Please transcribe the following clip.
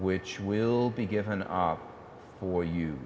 which will be given art for you